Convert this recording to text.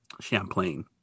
Champlain